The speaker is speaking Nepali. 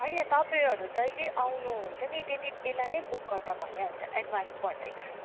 होइन तपाईँहरू जहिले आउनुहुन्छ नि त्यति बेला नै बुक गर्दा भइहाल्छ एडभान्स पर्दैन